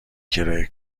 کرایه